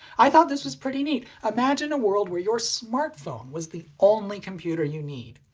i thought this was pretty neat! imagine a world where your smartphone was the only computer you need.